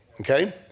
Okay